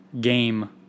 game